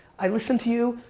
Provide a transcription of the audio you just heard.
i listen to you,